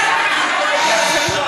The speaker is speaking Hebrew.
תתבייש.